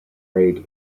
rate